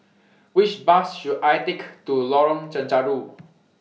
Which Bus should I Take to Lorong Chencharu